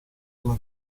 alla